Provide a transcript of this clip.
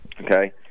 Okay